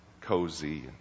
cozy